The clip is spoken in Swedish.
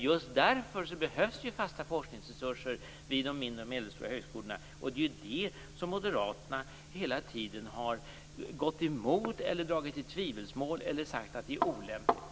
Just därför behövs fasta forskningsresurser vid de mindre och medelstora högskolorna. Det är ju det som Moderaterna hela tiden gått emot, dragit i tvivelsmål eller sagt vara olämpligt.